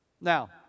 Now